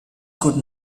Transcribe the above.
could